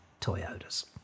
Toyotas